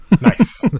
nice